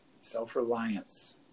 Self-reliance